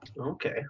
Okay